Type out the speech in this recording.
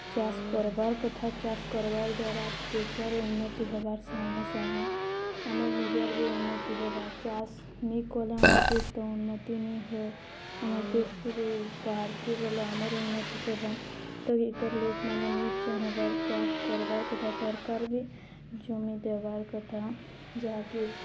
ଚାଷ୍ କର୍ବାର୍ କଥା ଚାଷ୍ କର୍ବାର୍ ଦ୍ୱାରା ଦେଶର୍ ଉନ୍ନତି ହେବାର୍ ସାଙ୍ଗେ ସାଙ୍ଗେ ଆମର୍ ନିଜର୍ ବି ଉନ୍ନତି ହେବା ଚାଷ୍ ନେଇ କଲେ ଆମର୍ ଦେଶ୍ ତ ଉନ୍ନତି ନେଇି ହୁଏ ଆମର୍ ଦେଶ୍ରୁ ବାହାର୍କେ ଗଲେ ଆମର୍ ଉନ୍ନତି ହେବା ତ ଇଟା ଲୋକ୍ମାନେ ନିଜର୍ ଚାହିଁବାର୍ ଚାଷ୍ କର୍ବାର୍ କଥା ସର୍କାର୍ ବି ଜମି ଦେବାର୍ କଥା ଯାହାକି